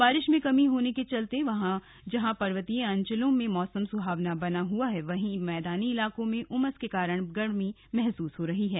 बारिश में कमी होने के चलते जहां पर्वतीच अंचलों में मौसम सुहावना बना हुआ है वहीं मैदानी इलाकों में उमस के कारण गर्मी महसूस हो रही है